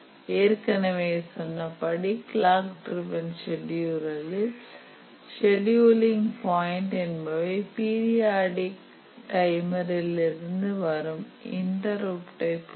ஏற்கனவே சொன்னபடி clock driven செடியூலரில் செடியூலிங் பாயிண்ட் என்பவை பீரியாடிக் டைமர் இலிருந்து வரும் இன்டருப்டை பொருத்து இருக்கும்